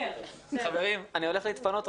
חברים, אני יוצא לדקה.